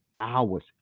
Hours